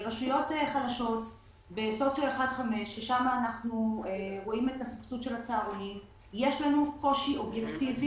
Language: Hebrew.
בהחלט נעשו כאן מהלכים מאוד בעייתיים.